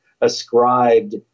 ascribed